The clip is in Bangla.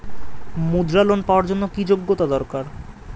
মুদ্রা লোন পাওয়ার জন্য কি যোগ্যতা দরকার?